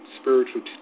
Spiritual